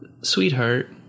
Sweetheart